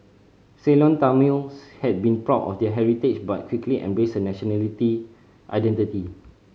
Ceylon Tamils had been proud of their heritage but quickly embraced a nationality identity